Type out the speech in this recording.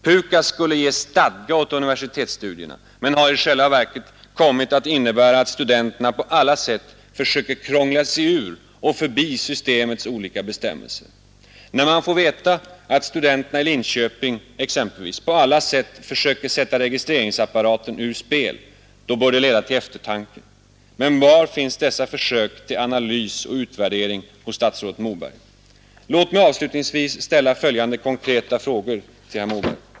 PUKAS skulle ge stadga åt universitetsstudierna men har i själva verket kommit att innebära att studenterna på alla sätt försöker krångla sig ur och förbi systemets olika bestämmelser. När man får veta att studenterna i Linköping exempelvis på alla sätt försöker sätta registreringsapparaten ur spel så bör det leda till eftertanke. Men var finns dessa försök till analys och utvärdering hos statsrådet Moberg? Låt mig avslutningsvis ställa följande konkreta frågor till statsrådet Moberg! 1.